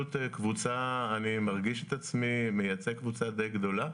אני מרגיש את עצמי מייצג קבוצה די גדולה